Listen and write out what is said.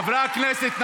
חברי הכנסת,